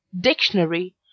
dictionary